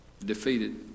defeated